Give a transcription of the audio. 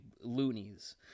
loonies